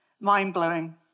mind-blowing